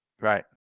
Right